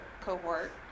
cohort